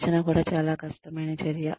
శిక్షణ కూడా చాలా కష్టమైన చర్య